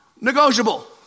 negotiable